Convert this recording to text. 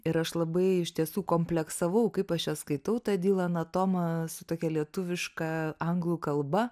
ir aš labai iš tiesų kompleksavau kaip aš čia skaitau tą dylaną tomą su tokia lietuviška anglų kalba